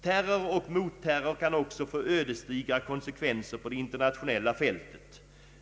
Terror och motterror kan också få ödesdigra konsekvenser på det internationella fältet.